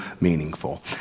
meaningful